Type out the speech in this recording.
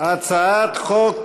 הצעת חוק